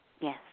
yes